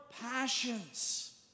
passions